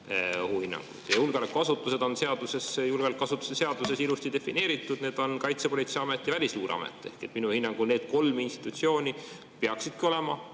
julgeolekuasutuste seaduses ilusti defineeritud, need on Kaitsepolitseiamet ja Välisluureamet. Minu hinnangul need kolm institutsiooni peaksidki